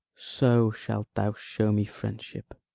so shalt thou show me friendship